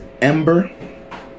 Ember